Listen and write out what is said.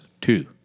two